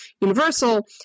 Universal